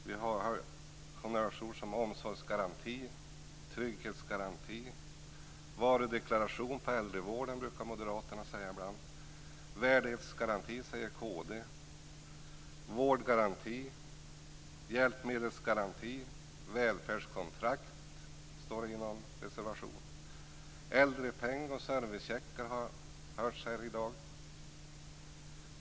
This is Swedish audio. Vi har hört honnörsord som omsorgsgaranti och trygghetsgaranti. Varudeklaration av äldrevården, brukar moderaterna tala om ibland. Värdighetsgaranti, säger kristdemokraterna. Vårdgaranti, hjälpmedelsgaranti och välfärdkontrakt, står det om i någon reservation. Äldrepeng och servicecheckar har det talats om här i dag.